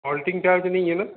halting charge नहीं है न